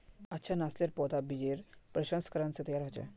अच्छा नासलेर पौधा बिजेर प्रशंस्करण से तैयार होचे